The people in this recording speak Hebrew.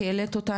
כי העלית אותה,